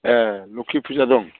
ए लोखि फुजा दं